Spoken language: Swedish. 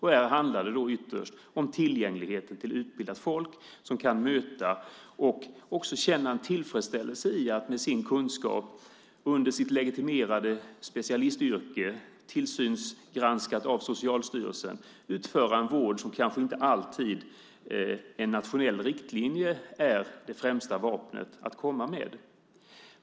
Här handlar det ytterst om tillgången till utbildat folk som kan möta och också känna en tillfredsställelse i att med sin kunskap, under sitt legitimerade specialistyrke, tillsynsgranskat av Socialstyrelsen, utföra en vård där kanske inte alltid en nationell riktlinje är det främsta vapnet att komma med.